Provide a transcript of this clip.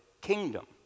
kingdom